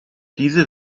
diese